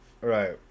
Right